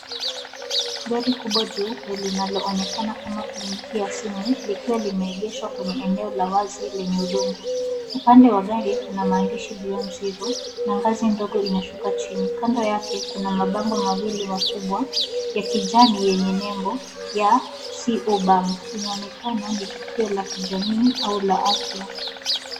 Gari kubwa jeupe linaloonekana kama kliniki ya simu likiwa limeegeshwa kwenye eneo la wazi la udongo. Upande wa gari kuna amaandishi beyond zero na ngazi ndogo inashuka chini. Kando yake kuna mabango mawili makubwa ya kijani yenye nembo ya CO Bank . Inaonekana ni tukio la kijamii au la afya.